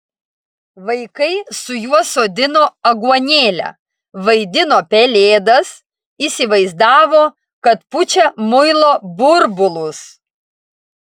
vaikai su juo sodino aguonėlę vaidino pelėdas įsivaizdavo kad pučia muilo burbulus